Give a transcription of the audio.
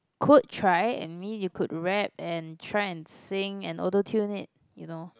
could try I mean you could rap and try and sing and auto tune it you know